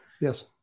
yes